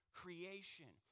creation